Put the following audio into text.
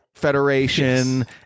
Federation